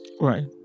Right